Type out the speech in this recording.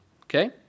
Okay